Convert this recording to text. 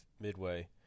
midway